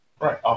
Right